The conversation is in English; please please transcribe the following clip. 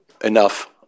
enough